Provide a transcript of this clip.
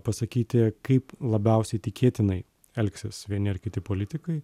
pasakyti kaip labiausiai tikėtinai elgsis vieni ar kiti politikai